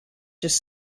just